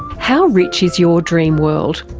how rich is your dream world?